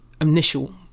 initial